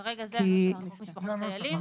כרגע זה הנוסח בחוק משפחות חיילים,